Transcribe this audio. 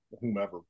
whomever